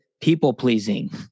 people-pleasing